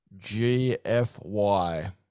GFY